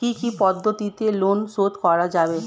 কি কি পদ্ধতিতে লোন শোধ করা যাবে?